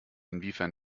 inwiefern